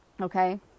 Okay